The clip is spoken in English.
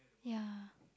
ya